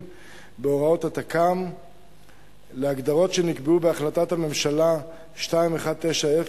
בהוראות התכ"ם להגדרות שנקבעו בהחלטת הממשלה 2190,